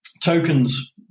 Tokens